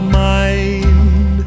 mind